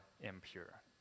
impure